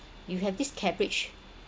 you have this cabbage